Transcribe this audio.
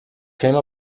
came